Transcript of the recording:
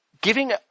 giving